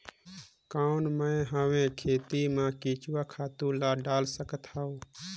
कौन मैं हवे खेती मा केचुआ खातु ला डाल सकत हवो?